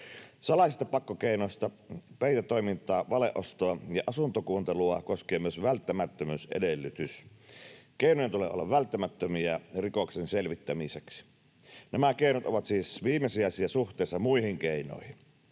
Salaisista pakkokeinoista peitetoimintaa, valeostoa ja asuntokuuntelua koskee myös välttämättömyysedellytys. Keinojen tulee olla välttämättömiä rikoksen selvittämiseksi. Nämä keinot ovat siis viimesijaisia suhteessa muihin keinoihin.